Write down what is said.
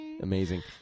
amazing